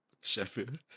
Sheffield